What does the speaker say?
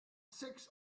six